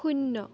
শূন্য